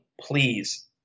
please